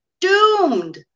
doomed